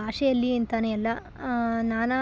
ಭಾಷೆಯಲ್ಲಿ ಅಂತಾ ಅಲ್ಲ ನಾನಾ